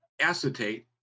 acetate